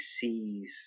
sees